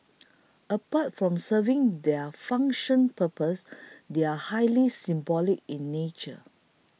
apart from serving their functional purpose they are highly symbolic in nature